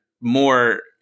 more